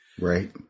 Right